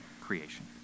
creation